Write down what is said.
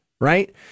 right